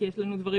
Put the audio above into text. כי יש לנו דברים,